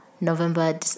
november